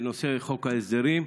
את נושא חוק ההסדרים.